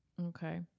Okay